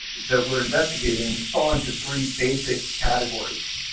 that we are investigating fall into three basic categories.